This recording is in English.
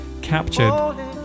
captured